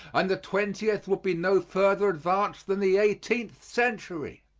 and the twentieth would be no further advanced than the eighteenth century.